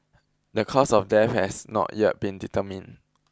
the cause of death has not yet been determined